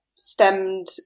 Stemmed